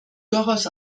durchaus